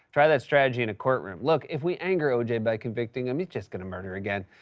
try that strategy in a courtroom. look, if we anger oj by convicting him, he's just going to murder again.